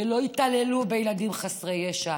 ושלא יתעללו בילדים חסרי ישע,